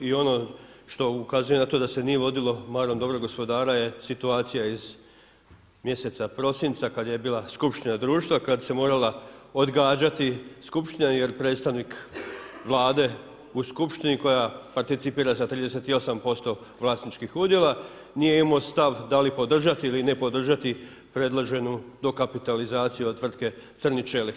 I ono što ukazuje na to da se nije vodilo marom dobrog gospodara je situacija iz mjeseca prosinca kada je bila skupština društva, kad se morala odgađati skupština jer predstavnik Vlade u skupštini koja participira sa 38% vlasničkih udjela nije imao stav da li podržati ili ne podržati predloženu dokapitalizaciju od tvrtke crni čelik.